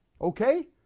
Okay